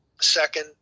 second